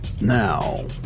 Now